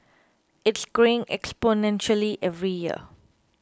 it's growing exponentially every year